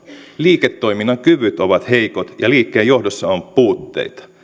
liiketoiminnan kyvyt ovat heikot ja liikkeenjohdossa on puutteita